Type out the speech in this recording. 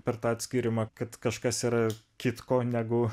per tą atskyrimą kad kažkas yra kitko negu